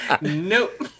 Nope